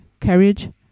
carriage